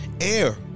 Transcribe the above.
air